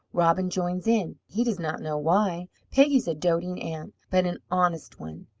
robin joins in, he does not know why. peggy is a doting aunt, but an honest one.